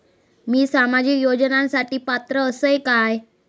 मी सामाजिक योजनांसाठी पात्र असय काय?